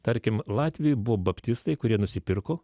tarkim latvijoje buvo baptistai kurie nusipirko